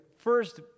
First